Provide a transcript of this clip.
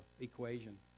equation